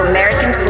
American